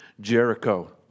Jericho